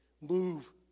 move